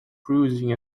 bruising